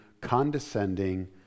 condescending